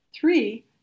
Three